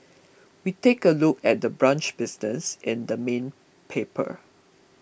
we take a look at the brunch business in the main paper